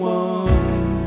one